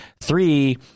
Three